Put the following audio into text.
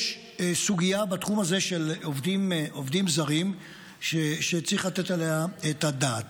יש סוגיה בתחום הזה של עובדים זרים שצריך לתת עליה את הדעת.